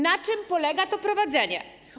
Na czym polega to prowadzenie?